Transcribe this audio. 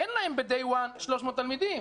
אין להם מהיום הראשון 300 תלמידים.